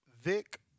Vic